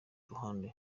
ruhande